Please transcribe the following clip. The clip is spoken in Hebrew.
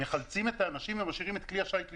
מחלצים את האנשים ומשאירים את כלי השיט לתבוע.